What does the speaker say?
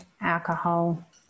alcohol